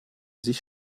sich